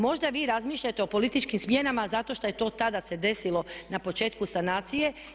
Možda vi razmišljate o političkim smjenama zato što je to tada se desilo na početku sanacije.